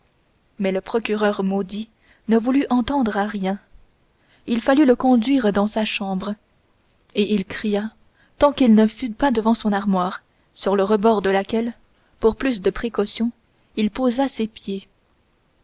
mais le procureur maudit ne voulut entendre à rien il fallut le conduire dans sa chambre et il cria tant qu'il ne fut pas devant son armoire sur le rebord de laquelle pour plus de précaution encore il posa ses pieds